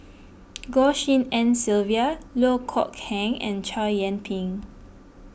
Goh Tshin En Sylvia Loh Kok Heng and Chow Yian Ping